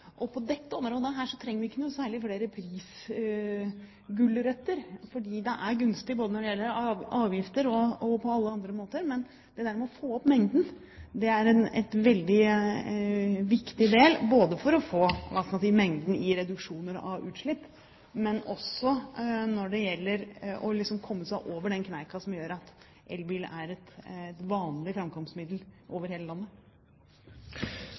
på dette området, trenger vi ikke noen særlige gulrøtter, fordi det er gunstig både når det gjelder avgifter og på alle andre måter. Men å få opp antallet er en veldig viktig del, ikke bare for å få utslippsreduksjoner, men også for å komme seg over den kneika for å gjøre elbil til et vanlig framkomstmiddel over hele landet.